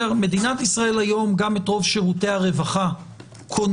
מדינת ישראל היום גם את רוב שירותי הרווחה קונה,